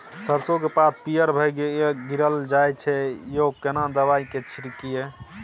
सरसो के पात पीयर भ के गीरल जाय छै यो केना दवाई के छिड़कीयई?